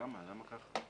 למה זה כך?